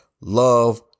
Love